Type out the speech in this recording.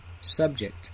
subject